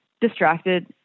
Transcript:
distracted